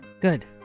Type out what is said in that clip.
Good